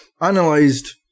analyzed